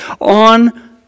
on